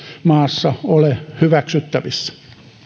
maassa ole hyväksyttävissä